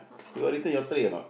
you got return your tray or not